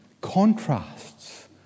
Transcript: contrasts